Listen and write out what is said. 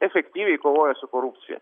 efektyviai kovoja su korupcija